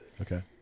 Okay